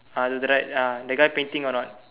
uh the right uh the guy painting or not